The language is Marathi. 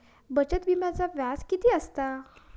बचत विम्याचा व्याज किती असता?